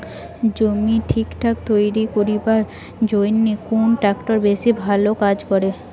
জমি ঠিকঠাক তৈরি করিবার জইন্যে কুন ট্রাক্টর বেশি ভালো কাজ করে?